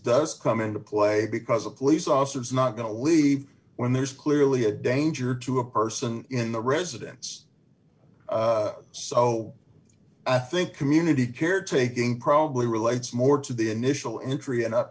does come into play because a police officer is not going to leave when there's clearly a danger to a person in the residence so i think community caretaking probably relates more to the initial injury and up